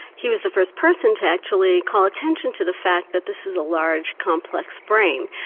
he was the first person to actually call attention to the fact that this is a large complex brain.